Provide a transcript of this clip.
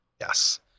Yes